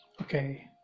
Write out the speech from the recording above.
okay